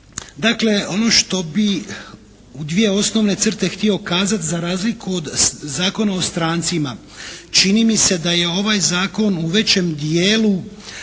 Dakle ono što bi u dvije osnovne crte htio kazati za razliku od Zakona o strancima čini mi se da je ovaj zakon u većem dijelu